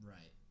Right